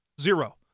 Zero